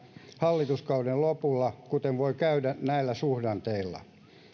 hallituskauden lopulla kuten voi käydä näillä suhdanteilla